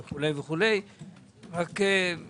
רק שהוא